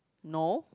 no